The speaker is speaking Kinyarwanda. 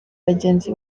bagenzi